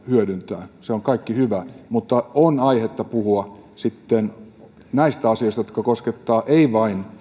hyödyntää se on kaikki hyvää mutta on aihetta puhua näistä asioista jotka koskettavat ei vain